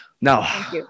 Now